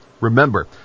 Remember